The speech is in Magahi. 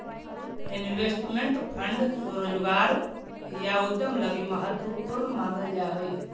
इन्वेस्टमेंट फंड स्वरोजगार या उद्यम लगी महत्वपूर्ण मानल जा हई